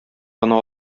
гына